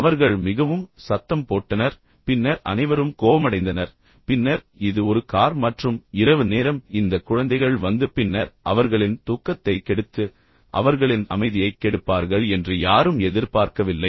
அவர்கள் மிகவும் சத்தம் போட்டனர் பின்னர் அனைவரும் கோபமடைந்தனர் பின்னர் இது ஒரு கார் மற்றும் இரவு நேரம் இந்த குழந்தைகள் வந்து பின்னர் அவர்களின் தூக்கத்தை கெடுத்து அவர்களின் அமைதியைக் கெடுப்பார்கள் என்று யாரும் எதிர்பார்க்கவில்லை